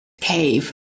cave